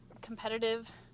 competitive